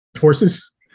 Horses